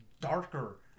darker